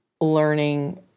learning